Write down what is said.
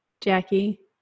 Jackie